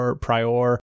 Prior